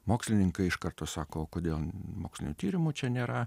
mokslininkai iš karto sako kodėl mokslinių tyrimų čia nėra